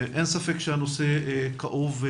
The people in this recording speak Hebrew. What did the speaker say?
אין ספק שהנושא כאוב.